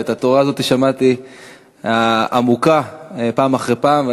ואת התורה העמוקה הזאת שמעתי פעם אחרי פעם,